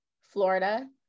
Florida